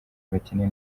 bakeneye